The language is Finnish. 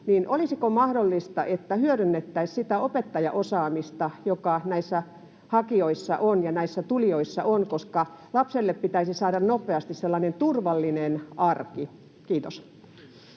Olisiko mahdollista, että hyödynnettäisiin sitä opettajaosaamista, joka näissä hakijoissa ja tulijoissa on, koska lapselle pitäisi saada nopeasti sellainen turvallinen arki? — Kiitos.